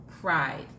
pride